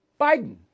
Biden